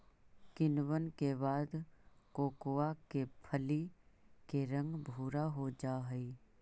किण्वन के बाद कोकोआ के फली के रंग भुरा हो जा हई